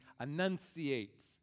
enunciate